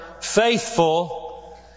faithful